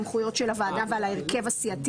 אז אפשר להצביע על הסמכויות של הוועדה ועל ההרכב הסיעתי.